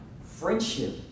friendship